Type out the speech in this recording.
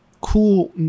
cool